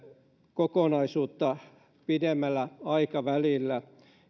kokonaisuutta pidemmällä aikavälillä